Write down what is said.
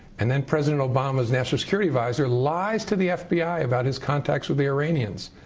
and then president obama's national security adviser lies to the fbi about his contacts with the iranians,